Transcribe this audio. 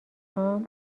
هام